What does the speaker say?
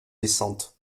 descentes